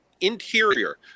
interior